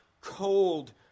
cold